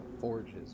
forges